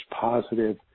positive